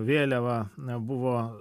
vėliava buvo